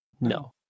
No